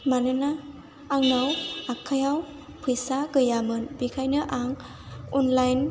मानोना आंनाव आखाइआव फैसा गैयामोन बेनिखायनो आं अनलाइन